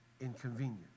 inconvenient